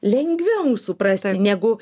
lengviau suprasti negu